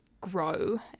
grow